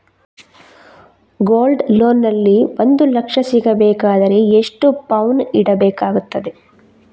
Gold loan ನಲ್ಲಿ ಒಂದು ಲಕ್ಷ ಸಿಗಬೇಕಾದರೆ ಎಷ್ಟು ಪೌನು ಇಡಬೇಕಾಗುತ್ತದೆ?